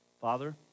Father